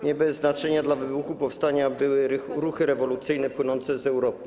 Nie bez znaczenia dla wybuchu powstania były ruchy rewolucyjne płynące z Europy.